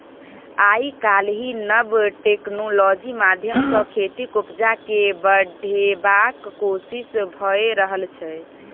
आइ काल्हि नब टेक्नोलॉजी माध्यमसँ खेतीक उपजा केँ बढ़ेबाक कोशिश भए रहल छै